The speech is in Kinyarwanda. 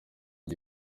ngo